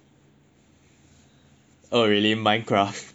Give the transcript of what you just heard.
oh really Mindcraft are you serious